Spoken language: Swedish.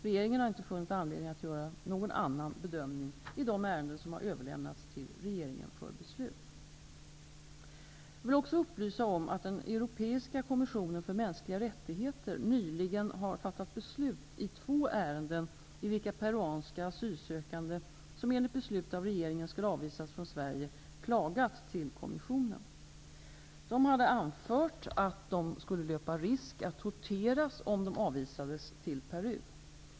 Regeringen har inte funnit anledning att göra någon annan bedömning i de ärenden som överlämnats till regeringen för beslut. Jag vill också upplysa om att den europeiska kommissionen för mänskliga rättigheter nyligen har fattat beslut i två ärenden, i vilka peruanska asylsökande, som enligt beslut av regeringen skall avvisas från Sverige, hade klagat till kommissionen. De hade anfört att de skulle löpa risk att torteras om de avvisades till Peru.